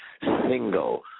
single